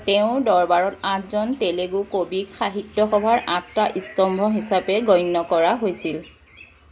তেওঁৰ দৰবাৰত আঠজন তেলেগু কবিক সাহিত্য সভাৰ আঠটা স্তম্ভ হিচাপে গণ্য কৰা হৈছিল